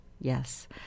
Yes